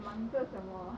忙着怎么